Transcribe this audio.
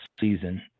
season